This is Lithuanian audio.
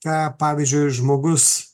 ką pavyzdžiui žmogus